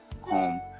home